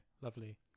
lovely